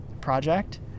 project